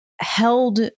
held